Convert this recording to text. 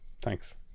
Thanks